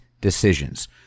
decisions